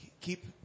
keep